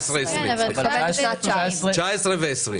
2019 ו-2020.